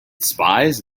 spies